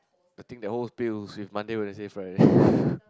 the thing that holds pills with Monday Wednesday Friday